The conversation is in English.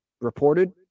reported